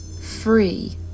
free